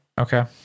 Okay